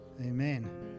Amen